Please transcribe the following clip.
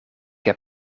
heb